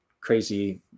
crazy